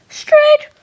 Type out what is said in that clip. straight